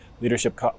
leadership